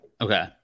Okay